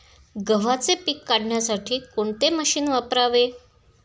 गव्हाचे पीक काढण्यासाठी कोणते मशीन वापरावे?